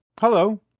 hello